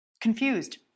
confused